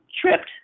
tripped